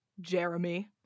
Jeremy